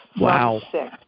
Wow